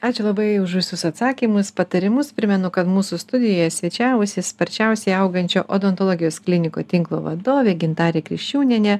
ačiū labai už visus atsakymus patarimus primenu kad mūsų studijoje svečiavosi sparčiausiai augančio odontologijos klinikų tinklo vadovė gintarė kriščiūnienė